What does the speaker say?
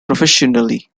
professionally